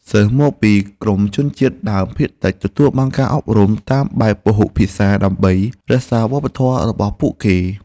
សិស្សមកពីក្រុមជនជាតិដើមភាគតិចទទួលបានការអប់រំតាមបែបពហុភាសាដើម្បីរក្សាវប្បធម៌របស់ពួកគេ។